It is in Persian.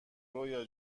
رویا